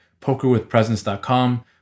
pokerwithpresence.com